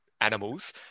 animals